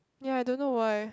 ya I don't know why